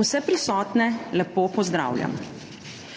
Vse prisotne lepo pozdravljam!